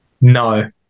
No